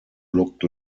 looked